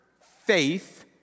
faith